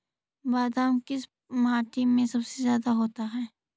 बादाम किस माटी में सबसे ज्यादा होता है?